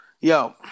Yo